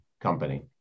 company